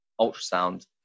ultrasound